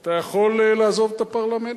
אתה יכול לעזוב את הפרלמנט.